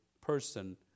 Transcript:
person